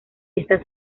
esta